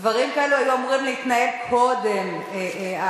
דברים כאלה היו אמורים להתנהל קודם העלאת